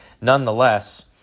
nonetheless